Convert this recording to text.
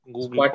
Google